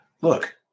Look